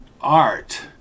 Art